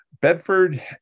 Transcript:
Bedford